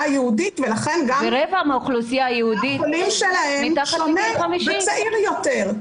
היהודית ולכן גם --- החולים שלהם שונה וצעיר יותר.